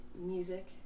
Music